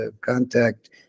contact